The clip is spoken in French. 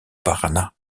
paraná